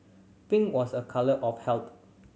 pink was a colour of health